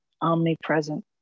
omnipresent